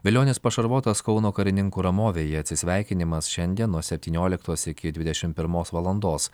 velionis pašarvotas kauno karininkų ramovėje atsisveikinimas šiandien nuo septynioliktos iki dvidešim pirmos valandos